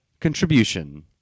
contribution